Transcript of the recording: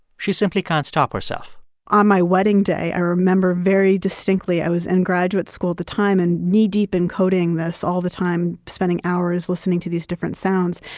she simply can't stop herself on my wedding day, i remember very distinctly i was in graduate school at the time and knee-deep in coding this all the time, spending hours listening to these different sounds.